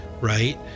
right